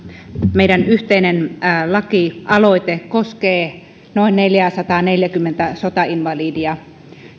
meidän yhteinen lakialoite koskee noin neljääsataaneljääkymmentä sotainvalidia